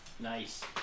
Nice